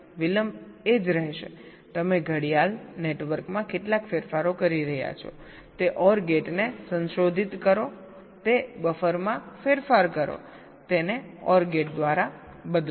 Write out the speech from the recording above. વિલંબ એ જ રહેશે તમે ક્લોક નેટવર્કમાં કેટલાક ફેરફારો કરી રહ્યા છો તે OR ગેટને સંશોધિત કરો તે બફરમાં ફેરફાર કરો તેને OR ગેટ દ્વારા બદલો